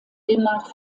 demnach